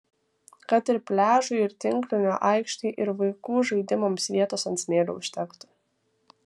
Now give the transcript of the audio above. kad ir pliažui ir tinklinio aikštei ir vaikų žaidimams vietos ant smėlio užtektų